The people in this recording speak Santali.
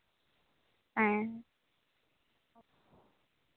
ᱦᱮᱸ